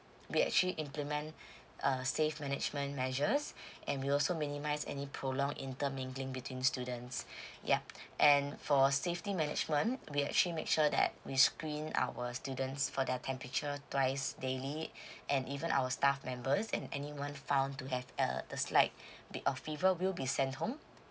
we actually implement err safe management measures and we also minimise any prolong inter mingling between students yup and for safety management we actually make sure that we screen our students for their temperature twice daily and even our staff members and anyone found to have uh the slight bit of fever will be sent home